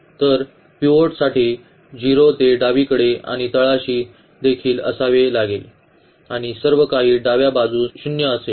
तर पिवोट साठी 0 ते डावीकडे आणि तळाशी देखील असावे लागेल आणि सर्व काही डाव्या बाजूस 0 असावे